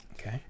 Okay